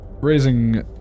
raising